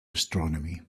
astronomy